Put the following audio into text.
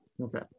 Okay